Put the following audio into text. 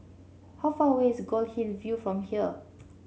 how far away is Goldhill View from here